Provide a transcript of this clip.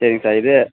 சரிங்க சார் இது